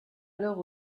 alors